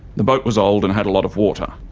the boat was old and had a lot of water.